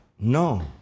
No